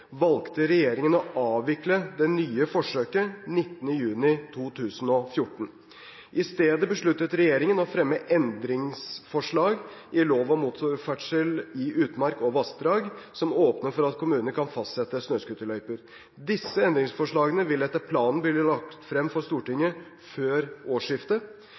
valgte regjeringen å avvikle det nye forsøket den 19. juni 2014. I stedet besluttet regjeringen å fremme endringsforslag i lov om motorferdsel i utmark og vassdrag som åpner for at kommunene kan fastsette snøscooterløyper. Disse endringsforslagene vil etter planen bli lagt frem for Stortinget før årsskiftet.